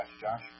Josh